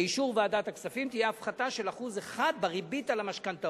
באישור ועדת הכספים תהיה הפחתה של 1% בריבית על המשכנתאות.